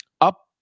up